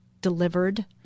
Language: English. delivered